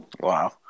Wow